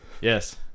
Yes